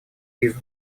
визу